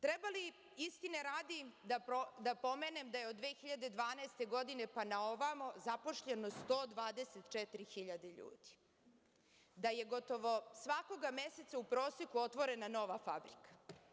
Treba li, istine radi, da pomenem da je od 2012. godine pa na ovamo zaposleno 124.000 ljudi, da je gotovo svakog meseca u proseku otvorena nova fabrika?